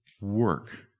work